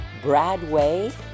Bradway